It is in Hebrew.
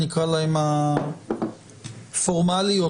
"'הפלגה למטרות